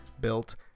built